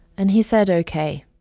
and he said ok.